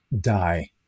die